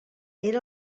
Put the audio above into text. era